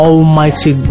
Almighty